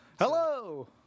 Hello